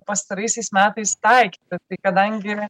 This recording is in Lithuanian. pastaraisiais metais taikyti kadangi yra